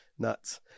Nuts